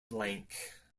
blank